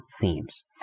themes